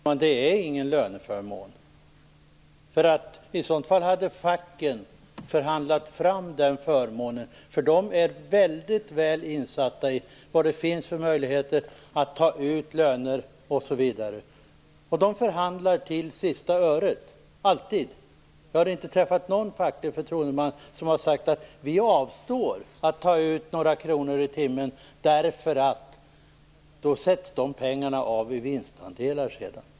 Herr talman! Det är ingen löneförmån. I sådant fall hade facken förhandlat fram den förmånen. De är väldigt väl insatta i vad det finns för möjligheter att ta ut löner, osv. De förhandlar till sista öret - alltid! Jag har inte träffat någon facklig förtroendeman som har sagt: Vi avstår från att ta ut några kronor i timmen, därför att de pengarna sedan sätts av i vinstandelar.